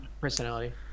Personality